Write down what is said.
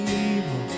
evil